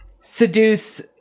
seduce